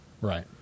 Right